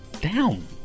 Down